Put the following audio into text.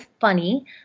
funny